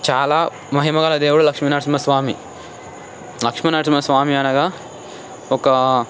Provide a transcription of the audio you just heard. చాలా మహిమగల దేవుడు లక్ష్మీ నరసింహ స్వామి లక్ష్మీ నరసింహ స్వామి అనగా ఒక